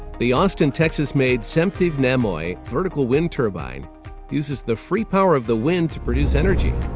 the austin, texas made semtive nemoi vertical wind turbine uses the free power of the wind to produce energy.